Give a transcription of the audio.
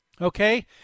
okay